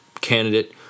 candidate